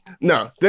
no